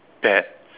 bad